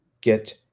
get